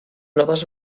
noves